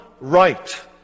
right